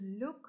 look